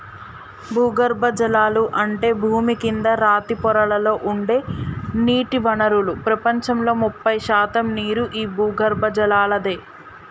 భూగర్బజలాలు అంటే భూమి కింద రాతి పొరలలో ఉండే నీటి వనరులు ప్రపంచంలో ముప్పై శాతం నీరు ఈ భూగర్బజలలాదే